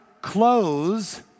close